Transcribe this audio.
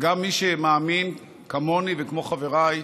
שגם מי שמאמין, כמוני וכמו חבריי,